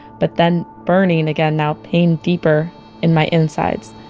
but then burning again, now pain deeper in my insides.